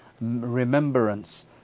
remembrance